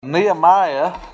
Nehemiah